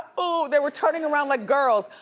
ooh. they were turning around like girls.